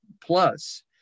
plus